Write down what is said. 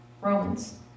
Romans